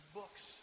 books